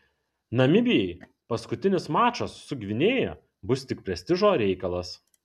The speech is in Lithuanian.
namibijai paskutinis mačas su gvinėja bus tik prestižo reikalas